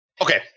Okay